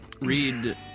Read